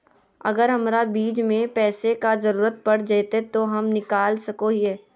अगर हमरा बीच में पैसे का जरूरत पड़ जयते तो हम निकल सको हीये